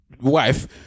wife